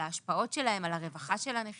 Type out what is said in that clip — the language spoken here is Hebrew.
על ההשפעות שלהם על הרווחה של הנכים